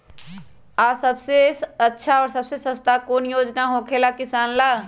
आ सबसे अच्छा और सबसे सस्ता कौन योजना होखेला किसान ला?